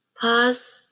pause